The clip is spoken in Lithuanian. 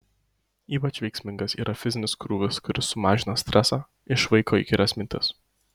ypač veiksmingas yra fizinis krūvis kuris sumažina stresą išvaiko įkyrias mintis